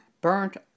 burnt